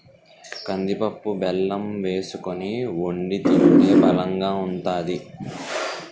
కందిపప్పు బెల్లం వేసుకొని వొండి తింటే బలంగా ఉంతాది